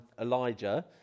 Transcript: Elijah